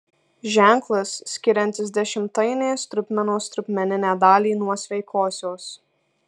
ženklas skiriantis dešimtainės trupmenos trupmeninę dalį nuo sveikosios